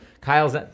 Kyle's